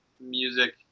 music